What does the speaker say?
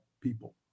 people